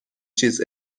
چیز